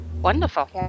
Wonderful